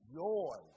joy